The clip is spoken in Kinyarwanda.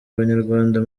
abanyarwanda